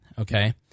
okay